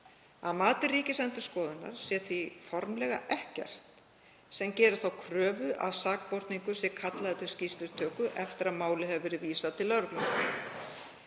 Að mati Ríkisendurskoðunar sé því formlega ekkert sem gerir þá kröfu að sakborningur sé kallaður til skýrslutöku eftir að máli hefur verið vísað til